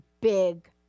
big